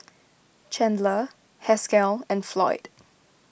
Chandler Haskell and Floyd